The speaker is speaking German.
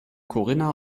corinna